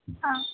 हां